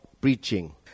preaching